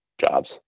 jobs